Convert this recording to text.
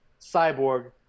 Cyborg